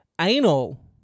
Anal